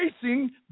facing